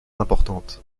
importante